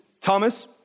Thomas